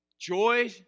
Joy